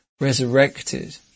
resurrected